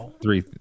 three